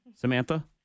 Samantha